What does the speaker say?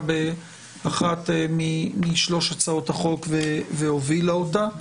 באחת משלוש הצעות החוק והובילה אותה.